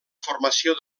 formació